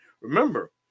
Remember